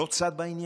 לא צד בעניין?